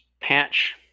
patch